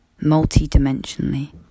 multi-dimensionally